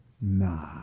nah